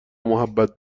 محبت